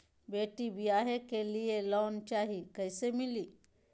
बेटी ब्याह के लिए लोन चाही, कैसे मिली?